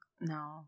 No